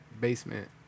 basement